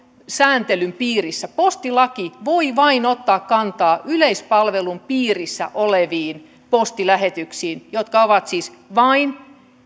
sääntelyn piirissä postilaki voi ottaa kantaa vain yleispalvelun piirissä oleviin postilähetyksiin joita ovat siis vain